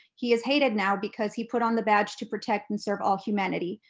he is hated now because he put on the badge to protect and serve all humanity.